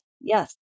yes